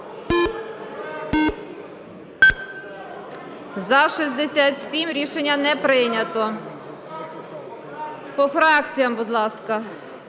За-67 Рішення не прийнято. По фракціям, будь ласка.